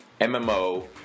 MMO